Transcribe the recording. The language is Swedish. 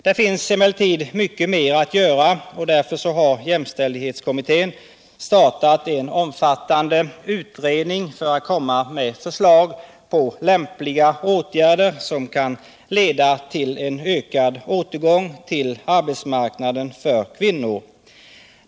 Det finns emellertid mycket mer att göra, och därför har jämställdhetskommittén startat en omfattande utredning för att komma med förslag på lämpliga åtgärder som kan leda till en ökad återgång till arbetsmarknaden för kvinnor.